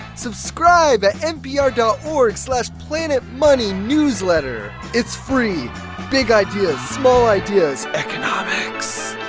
subscribe at npr dot org slash planetmoneynewsletter. it's free big ideas, small ideas, economics